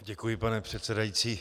Děkuji, pane předsedající.